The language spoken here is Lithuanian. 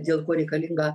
dėl ko reikalinga